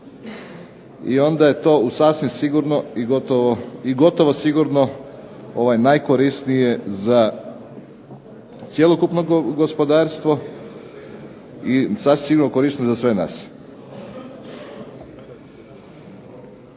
i onda je to gotovo sigurno najkorisnije za cjelokupno gospodarstvo i sasvim sigurno korisno za sve nas.